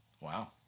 Wow